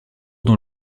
dans